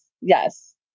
yes